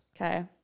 Okay